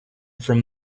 from